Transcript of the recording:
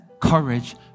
courage